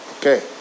Okay